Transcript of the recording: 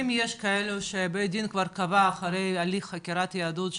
יש כאלו שבית דין כבר קבע אחרי הליך חקירת יהדות,